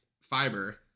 Fiber